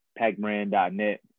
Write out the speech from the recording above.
packbrand.net